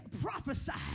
prophesied